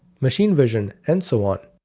machine vision and so on.